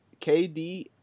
KD